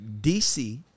DC